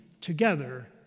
together